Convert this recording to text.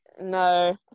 No